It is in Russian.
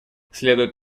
следует